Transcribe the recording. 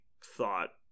thought